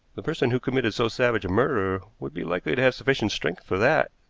the person who committed so savage a murder would be likely to have sufficient strength for that,